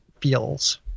feels